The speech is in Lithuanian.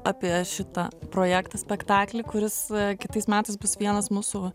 apie šitą projektą spektaklį kuris kitais metais bus vienas mūsų